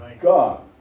God